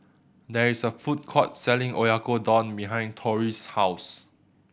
there is a food court selling Oyakodon behind Torie's house